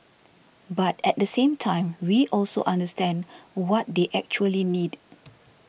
but at the same time we also understand what they actually need